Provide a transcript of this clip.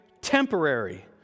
temporary